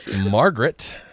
Margaret